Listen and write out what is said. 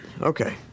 Okay